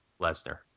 Lesnar